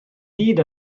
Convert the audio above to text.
hyd